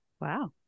Wow